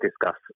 discuss